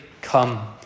come